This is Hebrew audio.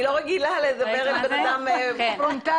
אני לא רגילה לדבר עם בן אדם פה.